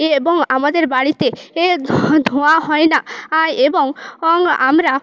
এবং আমাদের বাড়িতে এ ধোঁয়া হয় না এবং আমরা